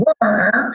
work